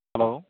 hello